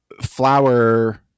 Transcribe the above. Flower